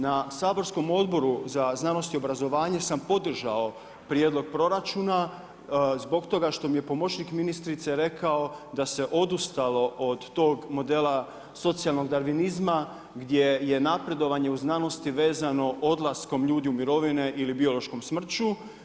Na saborskom Odboru za znanost i obrazovanje sam podržao prijedlog proračuna zbog toga što mi je pomoćnik ministrice rekao da se odustalo od tog modela socijalnog darvinizma gdje je napredovanje u znanosti vezano odlaskom ljudi u mirovine ili biološkom smrću.